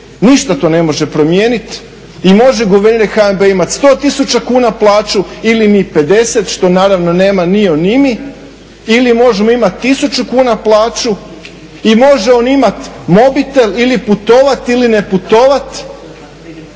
ništa to ne može promijeniti i može guverner HNB-a imati 100 tisuća kuna plaću ili mi 50 što naravno nema ni on ni mi ili možemo imati 1000 kuna plaću i može on imati mobitel ili putovati ili ne putovati